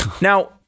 Now